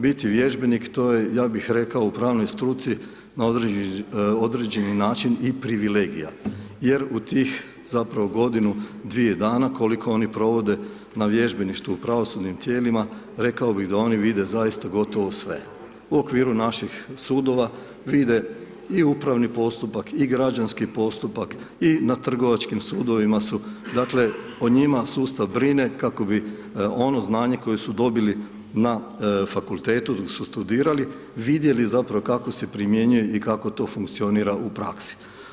Biti vježbenik, to je ja bih rekao u pravnoj struci, na određeni način i privilegija, jer u tih zapravo godinu, dvije dana, koliko oni provode na vježbanošću u pravosudnim tijelima, rekao bi da oni vide zaista gotovo sve, u okviru naših sudova, vide i uspravni postupak, i građanski postupak i na trgovačkim sudovima su dakle, o njima sustav brine kako bi ono znanje koje su dobili na fakultetu dok su studirali, vidjeli zapravo kako se primjenjuje i kako to funkcionira u praksi.